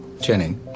Jenny